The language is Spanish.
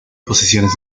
posiciones